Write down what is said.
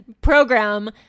program